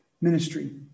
ministry